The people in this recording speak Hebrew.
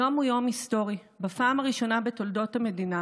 היום הוא יום היסטורי: בפעם הראשונה בתולדות המדינה